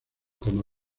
como